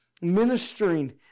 ministering